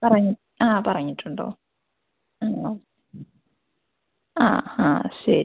പറഞ്ഞു ആ പറഞ്ഞിട്ടുണ്ടോ ആണോ ആ ആ ശരി